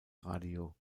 radio